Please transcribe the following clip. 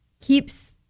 keeps